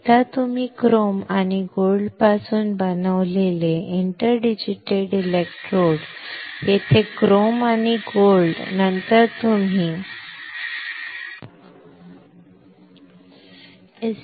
एकदा तुम्ही क्रोम आणि सोन्यापासून बनवलेले इंटरडिजिटेटेड इलेक्ट्रोड्स येथे क्रोम आणि सोने नंतर तुम्ही SU 8 कोट फिरवा SU 8 हे तुमच्या नकारात्मक फोटोरेसिस्टशिवाय दुसरे काहीही नाही